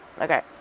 okay